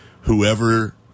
whoever